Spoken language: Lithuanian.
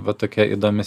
va tokia įdomi